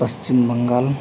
Paschim Bengal